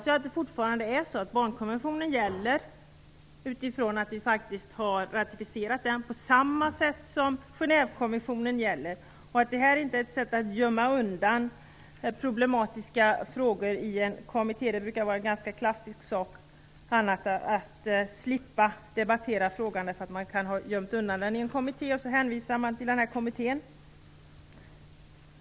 Jag hoppas att barnkonventionen fortfarande gäller - vi har faktiskt ratificerat den - på samma sätt som Genèvekonventionen gäller, och att det här inte är ett sätt att gömma undan problematiska frågor i en kommitté. Det brukar annars vara ett klassiskt sätt att slippa debattera frågan. Man har gömt undan den i en kommitté och hänvisar till kommittén.